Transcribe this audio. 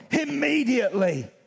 immediately